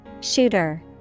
Shooter